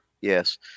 Yes